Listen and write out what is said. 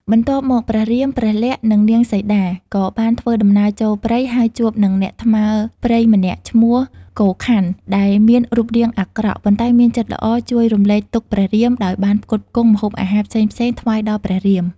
បន្ទាប់មក ព្រះរាម ព្រះលក្សណ៍ និងនាងសីតា ក៏បានធ្វើដំណើរចូលព្រៃ ហើយជួបនឹងអ្នកថ្មើរព្រៃម្នាក់ឈ្មោះ កូខ័ន ដែលមានរូបរាងអាក្រក់ ប៉ុន្តែមានចិត្តល្អជួយរំលែកទុក្ខព្រះរាមដោយបានផ្គត់ផ្គង់ ម្ហូបអាហារផ្សេងៗថ្វាយដល់ព្រះរាម។